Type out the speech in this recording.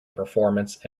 performance